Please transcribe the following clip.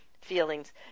feelings